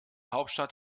hauptstadt